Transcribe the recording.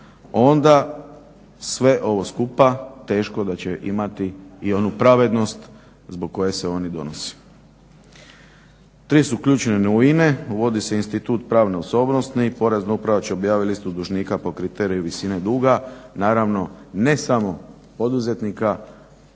onda sve ovo skupa teško da će imati i onu pravednost zbog koje se oni donose. Tri su ključne novine. Uvodi se institut pravne osobnosti. Porezna uprava će objaviti listu dužnika po kriteriju visine duga, naravno ne samo poduzetnika,